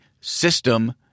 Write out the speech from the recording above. system